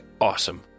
awesome